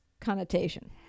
connotation